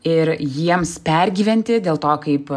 ir jiems pergyventi dėl to kaip